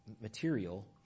material